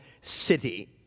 city